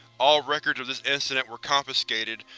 all records of this incident were confiscated,